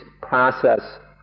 process